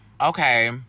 Okay